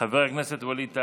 חבר הכנסת ווליד טאהא,